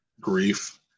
grief